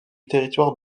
territoire